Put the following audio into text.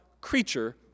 creature